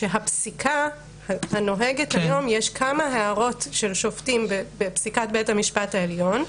בפסיקה הנוהגת היום יש כמה הערות של שופטים בפסיקת בית המשפט העליון,